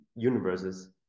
universes